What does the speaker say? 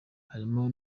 harimo